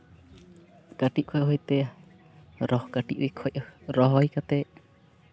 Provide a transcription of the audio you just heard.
ᱠᱟᱹᱴᱤᱡ ᱠᱷᱚᱡ ᱦᱚᱭᱛᱮ ᱟᱨ ᱠᱟᱹᱴᱤᱡ ᱠᱷᱚᱡ ᱨᱚᱦᱚᱭ ᱠᱟᱛᱮᱫ